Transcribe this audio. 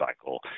cycle